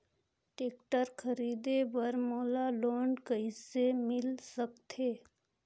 Tractor खरीदे बर मोला लोन कइसे मिल सकथे?